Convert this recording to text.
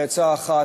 בעצה אחת,